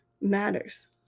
matters